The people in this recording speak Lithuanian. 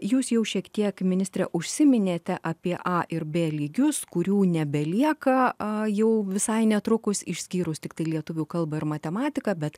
jūs jau šiek tiek ministrė užsiminėte apie a ir b lygius kurių nebelieka jau visai netrukus išskyrus tiktai lietuvių kalbą ir matematiką bet